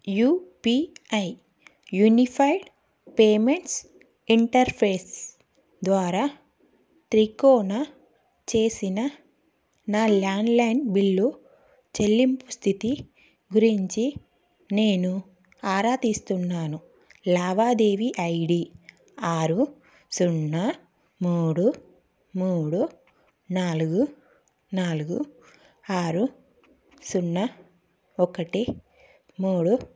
UPI unified payments interface ద్వారా తికోనా చేసిన నా ల్యాండ్లైన్ బిల్లు స్థితి గురించి నేను ఆరా తీస్తున్నాను లావాదేవీ ఐడి ఆరు సున్నా మూడు మూడు నాలుగు నాలుగు ఆరు సున్నా ఒకటి మూడు